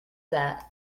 that